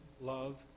love